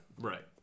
Right